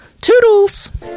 Toodles